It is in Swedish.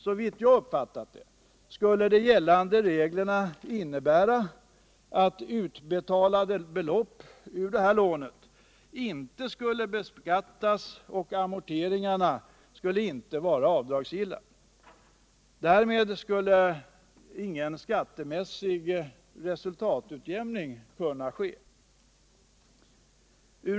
Såvitt jag uppfattat det skulle de gällande reglerna innebära att utbetalade belopp ur lånet icke skulle beskattas och att amorteringarna inte skulle vara avdragsgilla. Därmed skulle ingen skattemässig resultatutjämning kunna ske.